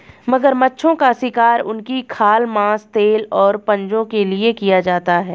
मगरमच्छों का शिकार उनकी खाल, मांस, तेल और पंजों के लिए किया जाता है